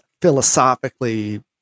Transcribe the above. philosophically